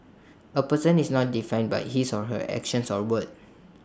A person is not defined by his or her actions or words